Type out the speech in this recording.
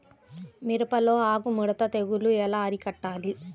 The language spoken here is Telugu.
మిరపలో ఆకు ముడత తెగులు ఎలా అరికట్టాలి?